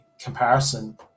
comparison